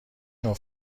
نوع